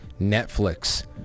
Netflix